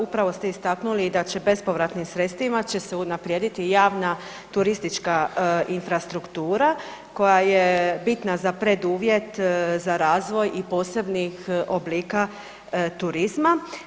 Upravo ste istaknuli da će bespovratnim sredstvima će se unaprijediti javna turistička infrastruktura koja je bitna za preduvjet, za razvoj i posebnih oblika turizma.